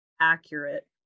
accurate